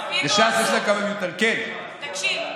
לש"ס יש כמה מיותרים, פינדרוס, תקשיב,